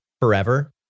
Forever